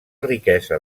riquesa